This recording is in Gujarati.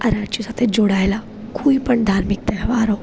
આ રાજ્ય સાથે જોડાયેલાં કોઈપણ ધાર્મિક તહેવારો